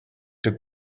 took